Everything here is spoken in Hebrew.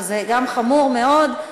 שזה גם חמור מאוד,